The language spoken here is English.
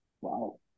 Wow